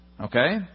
Okay